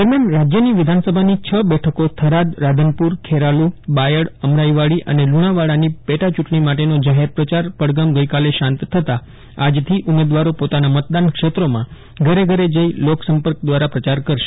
દરમ્યાન રાજ્યની વિધાનસભાની છ બેઠકો થરાદ રાધનપુ રૂ ખેરાલુ બાયડ અમરાઈવાડી અને લુણાવાડાની પેટા ચુંટણી માટેનો જાહેર પ્રચાર પડધમ ગઈકાલે શાંત થતા આજથી ઉમેદવારો પોતાના મતદાન ક્ષેત્રોમાં ઘરે ઘરે જી લોક સંપર્ક દ્વારા પ્રચાર કરશે